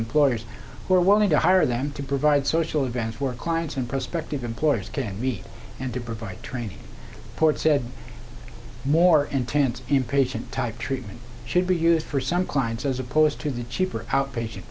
employers who are willing to hire them to provide social events for clients and prospective employers can be and to provide training port said more intense inpatient type treatment should be used for some clients as opposed to the cheaper outpatient